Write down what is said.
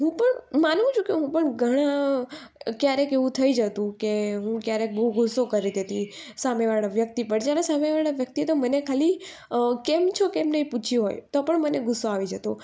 હું પણ માનું છું કે હું પણ ઘણા ક્યારેક એવું થઈ જતું કે હું ક્યારેક બહુ ગુસ્સો કરી દેતી સામે વાળા વ્યક્તિ પર જ્યારે સામે વાળા વ્યક્તિએ તો મને ખાલી કેમ છો કેમ નહીં પૂછ્યું હોય તો પણ મને ગુસ્સો આવી જતો